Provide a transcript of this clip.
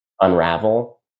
unravel